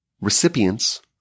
recipients